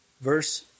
verse